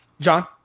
John